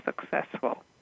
successful